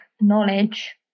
knowledge